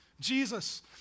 Jesus